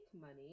money